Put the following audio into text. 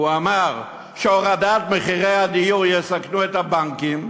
והוא אמר שהורדת מחירי הדיור תסכן את הבנקים,